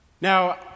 Now